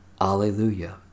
alleluia